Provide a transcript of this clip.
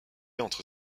entre